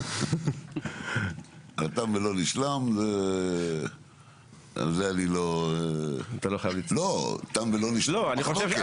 תם ולא נשלם, זה אני לא, תם ולא נשלם המחלקות.